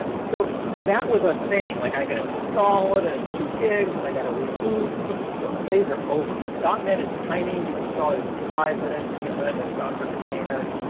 so that was a thing. like i've got to install it and it's two gigs and i've got to reboot. but but those days are over. net is tiny. you can install it in five minutes. you can run it in a docker container.